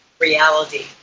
reality